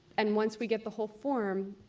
and once we get the whole form,